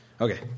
Okay